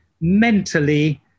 mentally